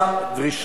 לא, אני מדבר על